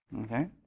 okay